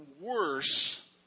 worse